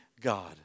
God